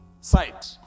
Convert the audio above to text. site